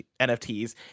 NFTs